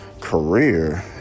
career